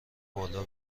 بالا